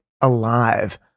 alive